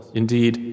indeed